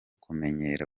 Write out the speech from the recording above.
kumenyera